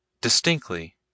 distinctly